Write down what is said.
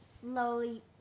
slowly